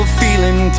feeling